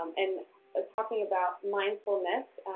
and talking about mindfulness,